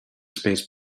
space